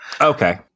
Okay